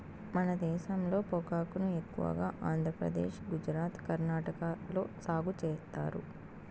మన దేశంలో పొగాకును ఎక్కువగా ఆంధ్రప్రదేశ్, గుజరాత్, కర్ణాటక లో సాగు చేత్తారు